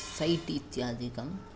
set इत्यादिकम्